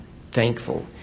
thankful